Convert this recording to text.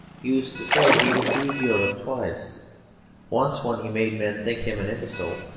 used to say he deceived europe twice once when he made men think him an imbecile,